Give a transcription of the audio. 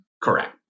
Correct